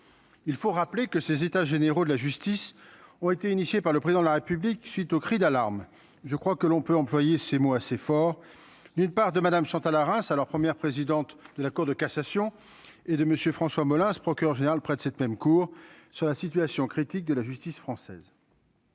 il faut rappeler que ces états généraux de la justice ont été initiées par le président de la République, suite au cri d'alarme, je crois que l'on peut employer ces mots assez forts, d'une part de madame Chantal Arens à leur première présidente de la Cour de cassation et de Monsieur, François Molins ce procureur général près de cette même cour sur la situation critique de la justice française.